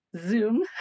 Zoom